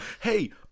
hey